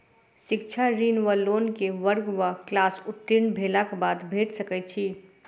शिक्षा ऋण वा लोन केँ वर्ग वा क्लास उत्तीर्ण भेलाक बाद भेट सकैत छी?